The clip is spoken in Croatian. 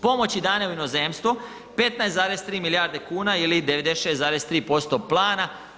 Pomoći dane u inozemstvo, 15,3 milijarde kuna ili 96,3 plana.